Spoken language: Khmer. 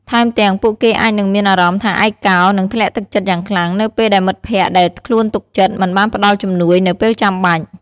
ថែមទាំង ពួកគេអាចនឹងមានអារម្មណ៍ថាឯកោ និងធ្លាក់ទឹកចិត្តយ៉ាងខ្លាំង នៅពេលដែលមិត្តភក្តិដែលខ្លួនទុកចិត្ត មិនបានផ្តល់ជំនួយនៅពេលចាំបាច់។